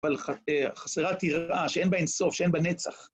אבל חסרת יראה שאין בה אינסוף, שאין בה נצח.